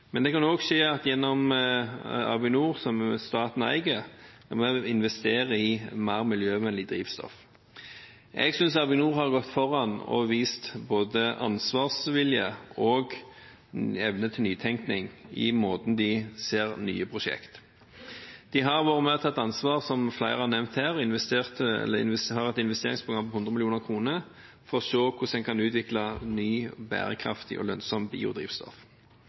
men det kan også skje ved at Avinor, som staten eier, investerer i mer miljøvennlig drivstoff. Jeg synes Avinor har gått foran og vist både ansvarsvilje og evne til nytenkning i måten de ser nye prosjekt på. De har vært med og tatt ansvar, som flere har nevnt her, og har et investeringsprogram på 100 mill. kr for å se på hvordan en kan utvikle nytt, bærekraftig og lønnsomt biodrivstoff.